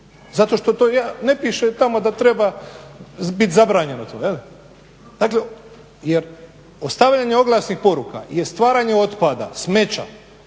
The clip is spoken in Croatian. zato što to ne piše tamo da treba biti zabranjeno to jel'. Jer ostavljanje oglasnih poruka je stvaranje otpada, smeća,